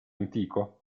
antico